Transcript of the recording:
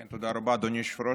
כן, תודה רבה, אדוני היושב-ראש.